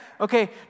Okay